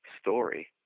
story